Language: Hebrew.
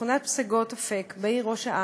בשכונה מסוימת, בשכונת פסגות אפק בעיר ראש-העין,